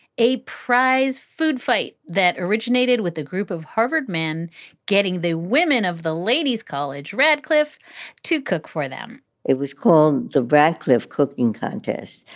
a prize food fight that originated with a group of harvard men getting the women of the ladies college radcliffe to cook for them it was called the radcliffe cooking contest.